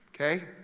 okay